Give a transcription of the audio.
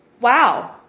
wow